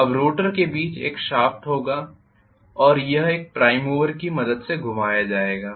अब रोटर के बीच में एक शाफ्ट होगा और यह एक प्राइम मूवर की मदद से घुमाया जाएगा